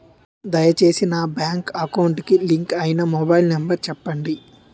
దయచేసి నా bank account కి లింక్ అయినా మొబైల్ నంబర్ చెప్పండి